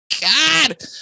God